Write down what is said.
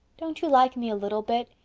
don't you like me a little bit,